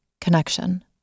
connection